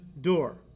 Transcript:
door